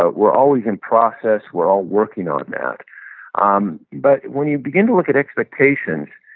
ah we're always in process. we're all working on that um but when you begin to look at expectations,